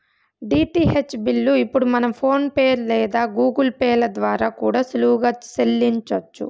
DTH bill ఇప్పుడు మనం PhonePe లేదా గూగుల్ పే ల ద్వారా కూడా సులువుగా సెల్లించొచ్చు